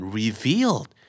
revealed